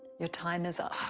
your time is up.